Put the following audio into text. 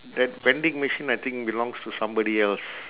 that vending machine I think belongs to somebody else